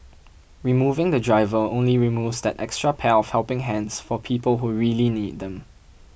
removing the driver only removes that extra pair of helping hands for people who really need them